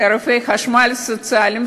תעריפי חשמל סוציאליים.